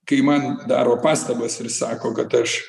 kai man daro pastabas ir sako kad aš